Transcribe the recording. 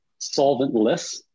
solventless